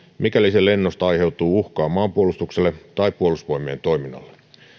mikäli sen lennosta aiheutuu uhkaa maanpuolustukselle tai puolustusvoimien toiminnalle